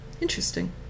Interesting